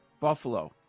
Buffalo